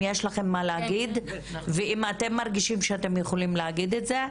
אם יש לכם מה להגיד ואם אתם מרגישים שאתם יכולים להגיד את זה,